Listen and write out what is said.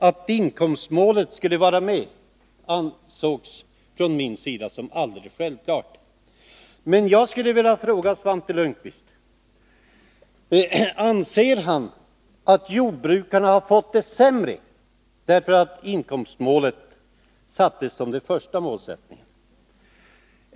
Att inkomstmålet skulle vara med ansåg jag som alldeles självklart. Jag skulle vilja fråga Svante Lundkvist: Anser han att jordbrukarna har fått det sämre därför att inkomstmålet angavs som den första målsättningen?